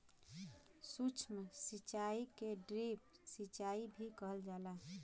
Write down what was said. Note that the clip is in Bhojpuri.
सूक्ष्म सिचाई के ड्रिप सिचाई भी कहल जाला